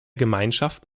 gemeinschaft